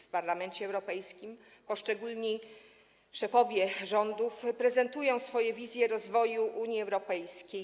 W Parlamencie Europejskim poszczególni szefowie rządów prezentują swoje wizje rozwoju Unii Europejskiej.